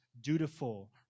dutiful